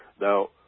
Now